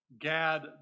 Gad